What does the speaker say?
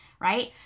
right